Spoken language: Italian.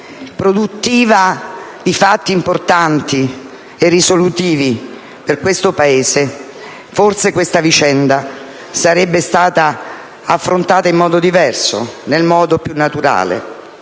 produttiva di fatti importanti e risolutivi per il nostro Paese, forse questa vicenda sarebbe stata affrontata in modo diverso, nel modo più naturale.